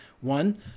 One